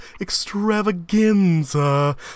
Extravaganza